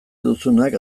duzunak